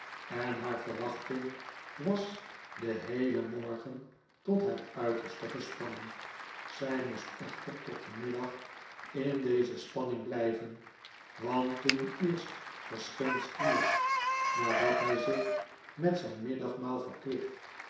en haar verwachting was den heelen morgen tot het uiterste gespannen zij moest echter tot den middag in deze spanning blijven want toen eerst verscheen squeers nadat hij zich met zijn middagmaal verkwikt